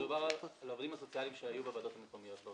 מדובר על העובדים הסוציאליים שהיו בוועדות המקומיות.